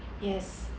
yes